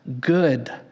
good